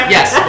Yes